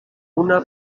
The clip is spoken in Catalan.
una